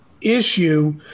issue